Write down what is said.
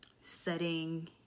setting